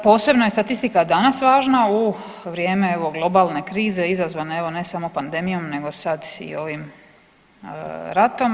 Posebno je statistika danas važna u vrijeme evo globalne krize izazvane evo ne samo pandemijom nego sad i ovim ratom.